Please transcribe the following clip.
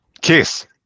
Kiss